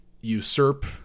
usurp